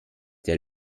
der